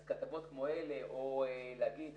אז כתבות כמו אלה או להגיד,